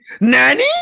nanny